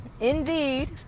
indeed